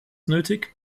nötig